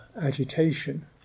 agitation